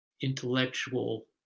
intellectual